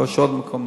יש עוד מקומות.